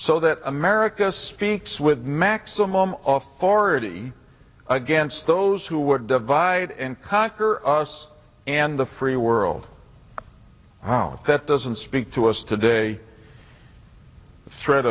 so that america speaks with maximum off already against those who would divide and conquer us and the free world how that doesn't speak to us today th